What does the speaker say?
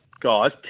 Guys